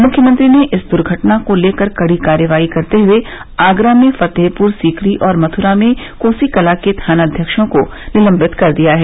मुख्यमंत्री ने इस दुर्घटना को लेकर कड़ी कार्रवाई करते हुए आगरा में फतेहपुर सीकरी और मथुरा में कोसीकला के थानाध्यक्षों को निलंबित कर दिया है